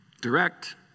direct